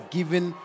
Given